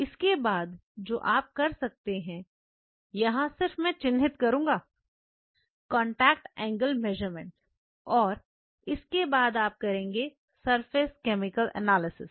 इसके बाद जो आप कर सकते हैं यहां सिर्फ में चिन्हित करूंगा कॉन्टैक्ट एंगल मेजरमेंट और इसके बाद आप करेंगे सरफेस केमिकल एनालिसिस